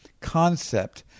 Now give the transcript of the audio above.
concept